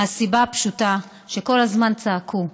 מהסיבה הפשוטה שכל הזמן צעקו: